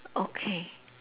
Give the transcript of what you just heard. okay